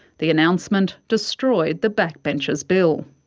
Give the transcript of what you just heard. the announcement destroyed the backbenchers' bill.